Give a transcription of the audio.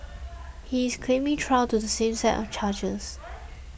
he is claiming trial to the same set of charges